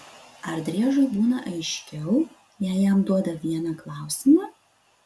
ar driežui būna aiškiau jei jam duoda vieną klausimą